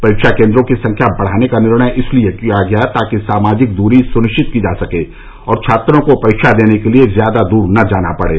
परीक्षा केन्द्रों की संख्या बढ़ाने का निर्णय इसलिए किया गया ताकि सामाजिक दूरी सुनिश्चित की जा सके और छात्रों को परीक्षा देने के लिए ज्यादा दूर न जाना पड़े